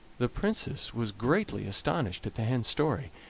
the princess was greatly astonished at the hen's story,